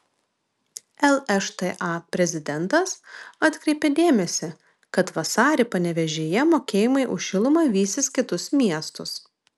lšta prezidentas atkreipė dėmesį kad vasarį panevėžyje mokėjimai už šilumą vysis kitus miestus